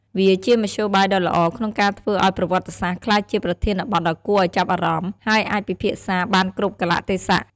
វាជាមធ្យោបាយដ៏ល្អក្នុងការធ្វើឲ្យប្រវត្តិសាស្ត្រក្លាយជាប្រធានបទដ៏គួរឲ្យចាប់អារម្មណ៍ ហើយអាចពិភាក្សាបានគ្រប់កាលៈទេសៈ។